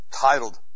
titled